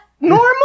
normal